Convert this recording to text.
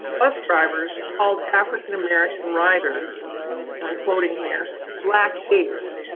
bus drivers, called african-american riders and i'm quoting here black apes,